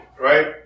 right